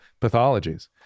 pathologies